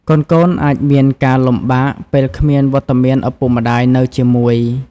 កូនៗអាចមានការលំបាកពេលគ្មានវត្តមានឪពុកម្ដាយនៅជាមួយ។